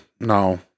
No